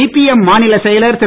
CPM மாநிலச் செயலர் திரு